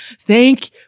Thank